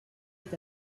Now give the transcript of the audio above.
est